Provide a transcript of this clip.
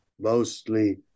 mostly